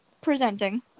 presenting